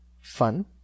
fun